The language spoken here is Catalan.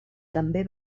també